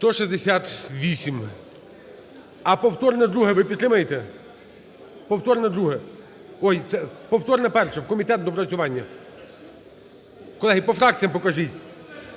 За-168 А повторне друге ви підтримаєте, повторне друге? Ой, це повторне перше, в комітет на доопрацювання. Колеги, по фракціям покажіть.